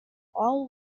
all